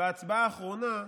בהצבעה האחרונה,